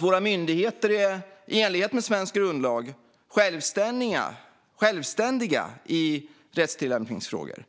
Våra myndigheter är i enlighet med svensk grundlag självständiga i rättstillämpningsfrågor.